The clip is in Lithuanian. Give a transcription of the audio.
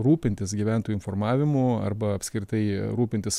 rūpintis gyventojų informavimu arba apskritai rūpintis